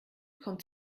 kommt